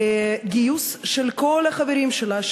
לגיוס של כל החברים שלה,